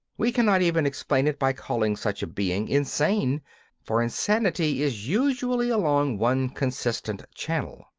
we cannot even explain it by calling such a being insane for insanity is usually along one consistent channel.